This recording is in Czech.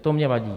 To mně vadí.